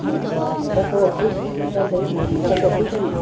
ᱢᱟ ᱢᱟᱛᱷᱟ ᱠᱚ ᱦᱟᱹᱥᱩᱭᱮᱫ ᱢᱚᱪᱟ ᱠᱚ ᱢᱟᱛᱷᱟ ᱠᱚ ᱦᱟᱹᱥᱩᱭᱮᱫ ᱵᱮᱱᱟ